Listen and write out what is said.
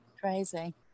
crazy